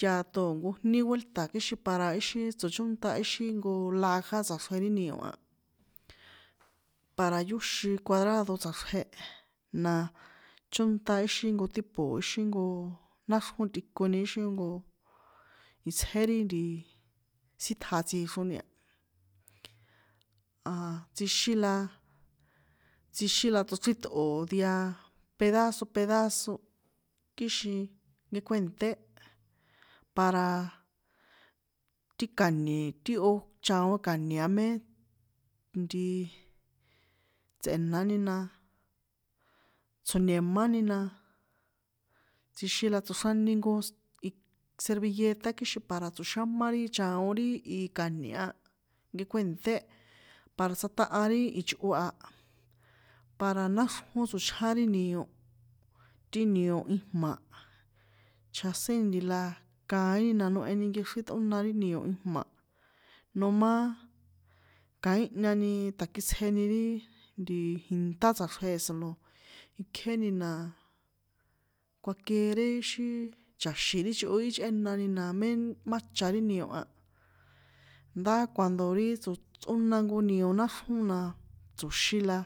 yáto o̱ nko jní vuelta kixin para íxi tsochónṭa íxin nko laja tsꞌaxrje ri nio a, para yóxin kuadrado tsꞌaxrje, naaa, chónṭa éxi jnko tipo éxi nko náxrjón tꞌikoni íxin nko itsjé ri ntiii, síṭja tsixroni, a̱a tsjixin la, tsjixin la tsochriṭꞌo̱ dia pedazo pedazo, kixin nkekuènṭé, paraaaa, ti ka̱ni̱ ti ó chaon ka̱nie a mé, ntiii. tsꞌenani na, tso̱ni̱máni na, tsjixin la tsoxrani nko sk ik servilleta kixin para tsoxámá ri chaon ri ika̱ni̱e a, nkekuènṭé para tsjaṭaha ri ichꞌo a, para náxrjón tsochján ri nio, ti nio ijma̱, chjaséni ntila kaíni noheni nkexrín ṭꞌóna ri nio ijma̱, nomáááá, kaínhñani ṭakitsjeni ri, ntiii jinṭá tsꞌaxrje solo ikjéni na, kuakiere xí, cha̱xi̱n ri chꞌo i chꞌénani mé má cha ri nio a, ndá cuando ri tsoch tsꞌóna nko nio náxrjón na, tso̱xi la.